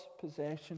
possession